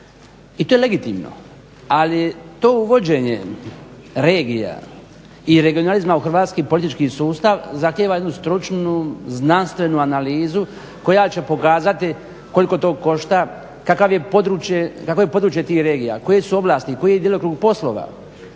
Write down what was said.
i to je legitimno ali to uvođenje regija i regionalizma u hrvatski politički sustav zahtjeva jednu stručnu, znanstvenu analizu koja će pokazati koliko to košta, kakvo je područje tih regija, koje su ovlasti, koji je djelokrug poslova,